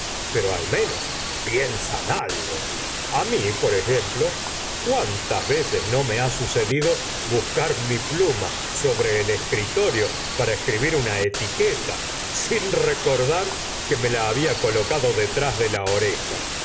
pero al menos piensan algo a mí por ejemplo cuántas veces no me ha sucedido buscar mi pluma sobre el escritorio para escribir una etiqueta sin recordar que me la había colocado detrás de la oreja